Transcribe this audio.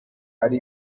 ari